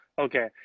Okay